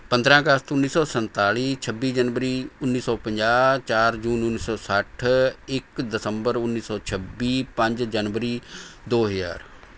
ਪੰਦਰ੍ਹਾਂ ਅਗਸਤ ਉੱਨੀ ਸੌ ਸੰਤਾਲੀ ਛੱਬੀ ਜਨਵਰੀ ਉੱਨੀ ਸੌ ਪੰਜਾਹ ਚਾਰ ਜੂਨ ਉੱਨੀ ਸੌ ਸੱਠ ਇੱਕ ਦਸੰਬਰ ਉੱਨੀ ਸੌ ਛੱਬੀ ਪੰਜ ਜਨਵਰੀ ਦੋ ਹਜ਼ਾਰ